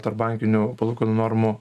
tarpbankinių palūkanų normų